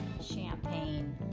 Champagne